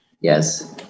Yes